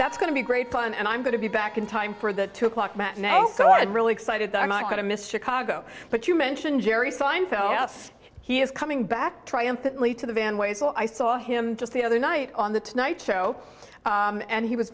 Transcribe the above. that's going to be great fun and i'm going to be back in time for the two o'clock matinee also are really excited that i'm not going to miss chicago but you mentioned jerry seinfeld he is coming back triumphantly to the van way so i saw him just the other night on the tonight show and he was